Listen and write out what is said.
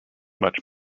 much